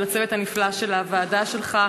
ולצוות הנפלא של הוועדה שלך.